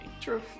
True